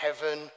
heaven